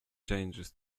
changes